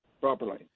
properly